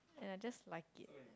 and I just like it